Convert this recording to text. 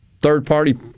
third-party